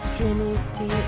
Trinity